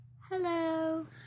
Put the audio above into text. Hello